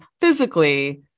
physically